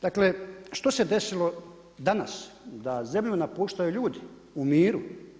Dakle, što se desilo danas da zemlju napuštaju ljudi, u miru?